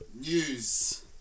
News